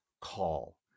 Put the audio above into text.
call